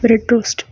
bread toast